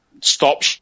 Stop